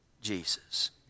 Jesus